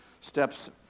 steps